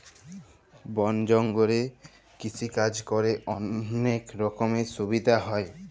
বল জঙ্গলে কৃষিকাজ ক্যরে অলক রকমের সুবিধা হ্যয়